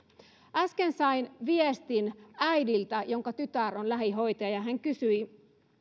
äsken sain viestin äidiltä jonka tytär on lähihoitaja ja hän kysyi